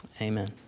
amen